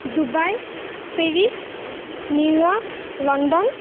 Dubai Paris New York London